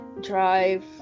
drive